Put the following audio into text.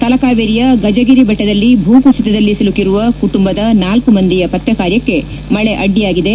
ತಲಕಾವೇರಿಯ ಗಜಗಿರಿ ಬೆಟ್ಟದಲ್ಲಿ ಭೂಕುಸಿತದಲ್ಲಿ ಸಿಲುಕಿರುವ ಕುಟುಂಬದ ನಾಲ್ಕು ಮಂದಿಯ ಪತ್ತೆಕಾರ್ಯಕ್ಕೆ ಮಳೆ ಅಡ್ಡಿಯಾಗಿದೆ